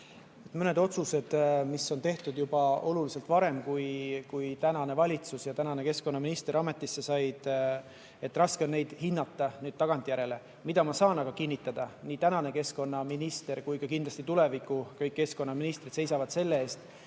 Mõnda otsust, mis on tehtud juba oluliselt varem, kui tänane valitsus ja tänane keskkonnaminister ametisse said, on raske tagantjärele hinnata. Ma saan aga kinnitada, et nii tänane keskkonnaminister kui ka kindlasti tulevikus kõik keskkonnaministrid seisavad selle eest,